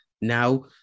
Now